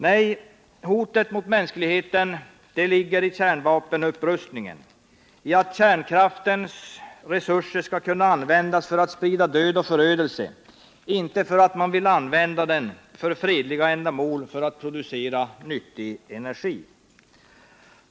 Nej, hotet mot mänskligheten ligger i kärnvapenupprustningen, i att kärnkraftens resurser skall kunna användas för att sprida död och förödelse — inte för att man vill använda dem för fredliga ändamål för att producera nyttig energi.